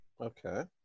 Okay